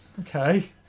okay